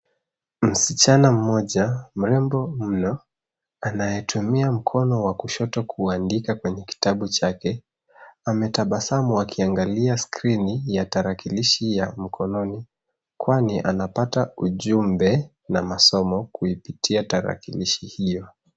Msichana mmoja mrembo mno anayetumia mkono wa kushoto kuandika kwenye kitabu chake, ametabasamu akiangalia skrini ya tarakilishi ya mkononi kwani anapata ujumbe na masomo kuipitia tarakilishi hiyo.